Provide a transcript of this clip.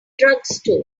drugstore